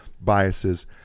biases